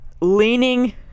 leaning